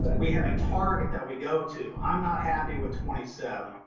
and we have a target that we go to. i'm not happy with twenty seven.